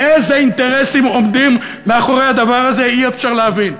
איזה אינטרסים עומדים מאחורי הדבר הזה אי-אפשר להבין.